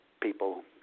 people